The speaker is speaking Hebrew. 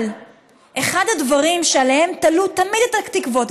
אבל אחד הדברים שבהם תלו תמיד את התקוות,